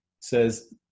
says